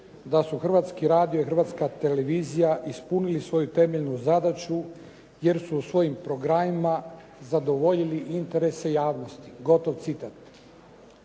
da su Hrvatski radio i Hrvatska televizija ispunili svoju temeljnu zadaću jer su u svojim programima zadovoljili interese javnosti, gotov citat.